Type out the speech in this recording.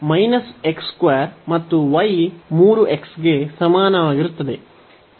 x 2 ಮತ್ತು y 3x ಗೆ ಸಮಾನವಾಗಿರುತ್ತದೆ